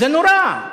זה נורא.